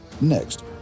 Next